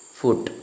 foot